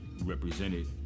represented